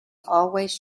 always